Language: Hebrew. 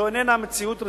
זאת איננה מציאות רצויה.